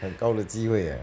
很高的机会 eh